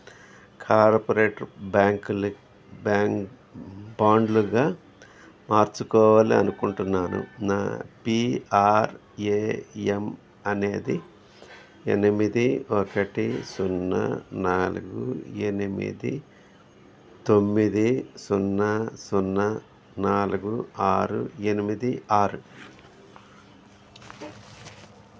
corporate బ్యాంకులిక్ bank బాండ్లుగా మార్చాకోవాలి అనుకుంటున్నాను నా పీఆర్ఏఎమ్ అనేది ఎనిమిది ఒకటి సున్నా నాలుగు ఎనిమిది తొమ్మిది సున్నా సున్నా నాలుగు ఆరు ఎనిమిది ఆరు